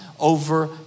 over